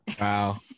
Wow